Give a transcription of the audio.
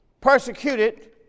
persecuted